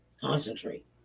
Concentrate